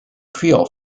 creole